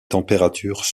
températures